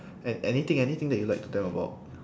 and anything anything that you lied to them about